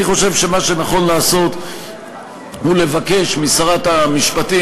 אני חושב שמה שנכון לעשות הוא לבקש משרת המשפטים,